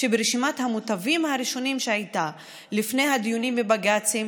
ברשימת המוטבים הראשונים שהייתה לפני הדיונים בבג"צים,